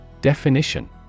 Definition